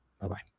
Bye-bye